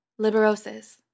liberosis